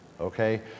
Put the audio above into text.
Okay